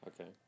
Okay